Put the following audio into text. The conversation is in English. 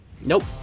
Nope